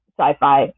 sci-fi